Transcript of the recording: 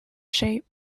shape